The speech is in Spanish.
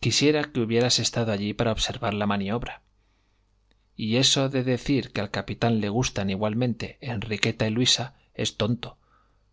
quisiera que hubieras estado allí para observar la maniobra y eso de decir que al capitán le gustan igualmente enriqueta y luisa es tonto